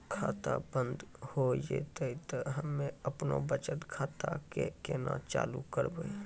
खाता बंद हो जैतै तऽ हम्मे आपनौ बचत खाता कऽ केना चालू करवै?